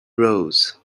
rose